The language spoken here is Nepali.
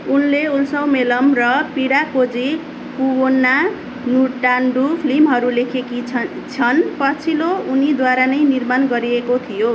उनले उल्सममेलम र पिडाकोझी कुवुन्ना नुटान्डु फिल्महरू लेखेकी छ छन् पछिल्लो उनीद्वारा नै निर्माण गरिएको थियो